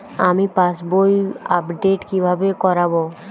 আমি পাসবই আপডেট কিভাবে করাব?